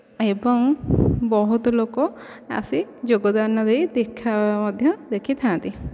ଏବଂ ବହୁତ ଲୋକ ଆସି ଯୋଗଦାନ ଦେଇ ଦେଖା ମଧ୍ୟ ଦେଖିଥାନ୍ତି